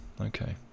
okay